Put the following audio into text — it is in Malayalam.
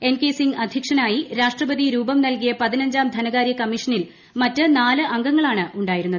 എൻ കെ സിംഗ് അധ്യക്ഷനായി രാഷ്ട്രപതി രൂപം നൽകിയ് പതിനഞ്ചാം ധനകാര്യ കമ്മീഷനിൽ മറ്റ് നാല് അംഗങ്ങളാണ് ഉണ്ടായിരുന്നത്